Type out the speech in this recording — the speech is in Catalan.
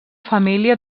família